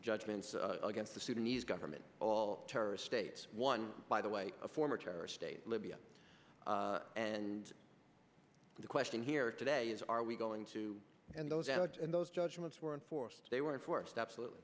judgments against the sudanese government all terrorist states one by the way a former terrorist libya and the question here today is are we going to and those and those judgments were enforced they were forced absolutely